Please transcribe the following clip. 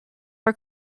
our